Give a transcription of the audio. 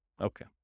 Okay